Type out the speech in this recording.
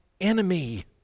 enemy